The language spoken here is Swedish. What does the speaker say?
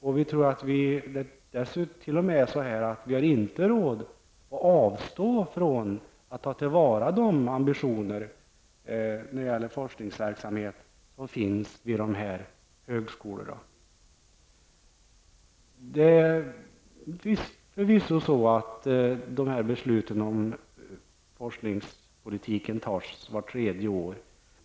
Det är t.o.m. så att vi inte tror att man har råd att avstå från att ta till vara de ambitioner som finns vid de här högskolorna när det gäller forskningsverksamhet. Det är förvisso så att beslut om forskningspolitiken tas vart tredje år.